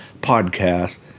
podcast